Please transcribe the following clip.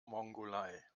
mongolei